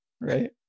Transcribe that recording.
right